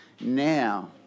now